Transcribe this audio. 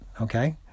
okay